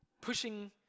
pushing